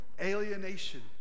alienation